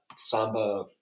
samba